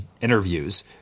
interviews